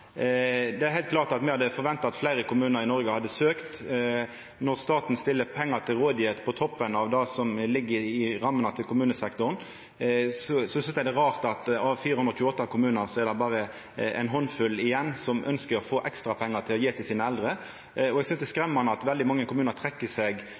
Det er heilt klart at me hadde forventa at fleire kommunar i Noreg hadde søkt. Når staten stiller pengar til rådigheit på toppen av det som ligg i rammene til kommunesektoren, synest eg det er rart at av 428 kommunar er det berre ei handfull som ønskjer å få ekstra pengar å gje til sine eldre. Det er skremmande at veldig mange kommunar trekkjer seg